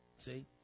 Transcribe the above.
See